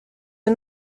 are